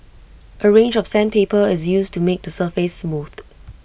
A range of sandpaper is used to make the surface smooth